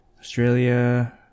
Australia